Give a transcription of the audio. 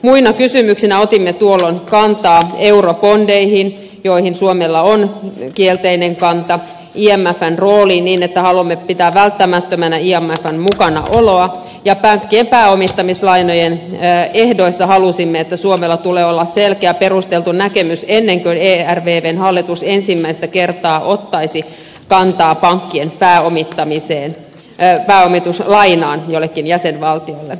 muina kysymyksinä otimme tuolloin kantaa eurobondeihin joihin suomella on kielteinen kanta sekä imfn rooliin niin että haluamme pitää välttämättömänä imfn mukanaoloa ja pankkien pääomittamislainojen ehdoissa halusimme että suomella tulee olla selkeä perusteltu näkemys ennen kuin ervvn hallitus ensimmäistä kertaa ottaisi kantaa pankkien pääomituslainaan jollekin jäsenvaltiolle